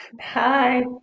Hi